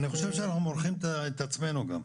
אני חושב שאנחנו מורחים את עצמינו גם.